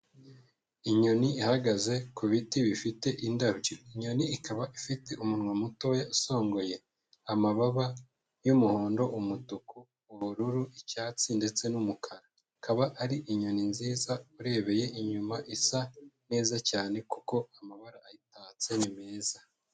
Inyoni ihagaze ku biti bifite indabyo, inyoni ikaba ifite umunwa mutoya usongoye, amababa y'umuhondo, umutuku, ubururu, icyatsi ndetse n'umukara, ikaba ari inyoni nziza urebeye inyuma, isa neza cyane kuko amabara ayitatse ni meza.